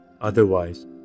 otherwise